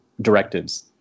directives